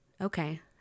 Okay